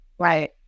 Right